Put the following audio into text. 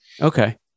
Okay